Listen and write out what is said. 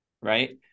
right